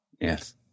Yes